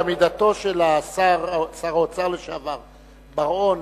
בעמידתו של שר האוצר לשעבר בר-און,